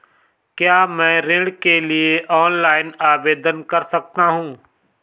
क्या मैं ऋण के लिए ऑनलाइन आवेदन कर सकता हूँ?